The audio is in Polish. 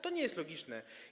To nie jest logiczne.